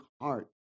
heart